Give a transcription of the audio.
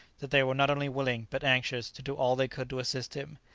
that they were not only willing, but anxious, to do all they could to assist him,